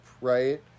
right